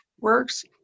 works